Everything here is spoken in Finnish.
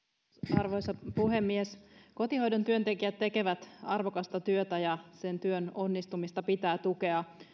arvoisa puhemies kotihoidon työntekijät tekevät arvokasta työtä ja sen työn onnistumista pitää tukea